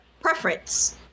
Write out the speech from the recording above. preference